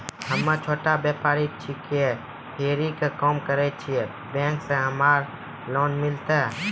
हम्मे छोटा व्यपारी छिकौं, फेरी के काम करे छियै, बैंक से हमरा लोन मिलतै?